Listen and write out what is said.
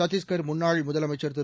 சத்தீஸ்கர் முன்னாள் முதலமைச்சர் திரு